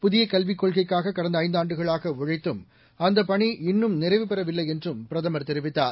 புதிய கல்விக் கொள்கைக்காக கடந்த ஐந்து ஆண்டுகளாக உழைத்தும் அந்த பணி இன்னும் நிறைவு பெறவில்லை என்றும் பிரதமர் தெரிவித்தார்